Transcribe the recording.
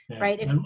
right